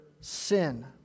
sin